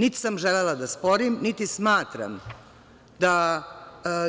Niti sam želela da sporim, niti smatram da